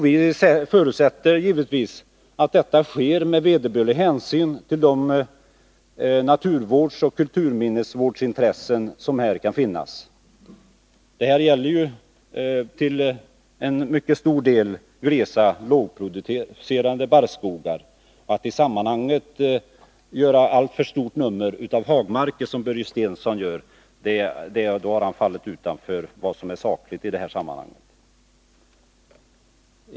Vi förutsätter givetvis att detta sker med vederbörlig hänsyn till de naturvårdsoch kulturminnesvårdsintressen som här kan finnas. Detta gäller ju till mycket stor del glesa lågproducerande barrskogar. Att göra alltför stort nummer av hagmarker, såsom Börje Stensson gör, är att falla utanför vad som är sakligt i detta sammanhang.